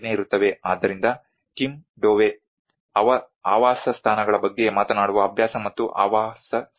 ಆದ್ದರಿಂದ Kim Dove ಆವಾಸಸ್ಥಾನಗಳ ಬಗ್ಗೆ ಮಾತನಾಡುವ ಅಭ್ಯಾಸ ಮತ್ತು ಆವಾಸಸ್ಥಾನ